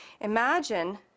Imagine